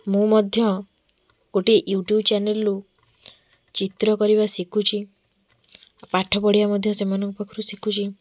ମୁଁ ମଧ୍ୟ ଗୋଟେ ୟୁଟ୍ୟୁବ୍ ଚ୍ୟାନେଲ୍ରୁ ଚିତ୍ର କରିବା ଶିଖୁଛି ପାଠପଢ଼ିବା ମଧ୍ୟ ସେମାନଙ୍କ ପାଖରୁ ଶିଖୁଛି